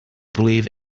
believe